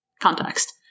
Context